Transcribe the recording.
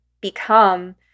become